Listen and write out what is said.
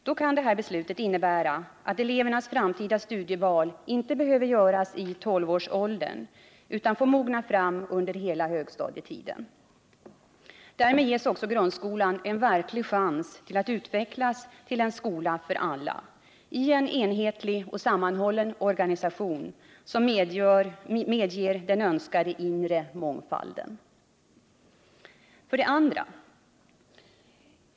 Då kan detta beslut innebära att elevernas framtida studieval inte behöver göras i tolvårsåldern utan får mogna fram under högstadietiden. Därmed ges också grundskolan en verklig chans att utvecklas till en skola för alla i en enhetlig och sammanhållen organisation, som medger den önskade inre mångfalden. 2.